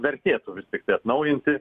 vertėtų vis tiktai atnaujinti